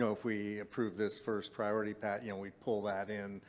you know if we approved this first priority, pat, you know we'd pull that in,